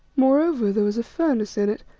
moreover, there was a furnace in it,